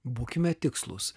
būkime tikslūs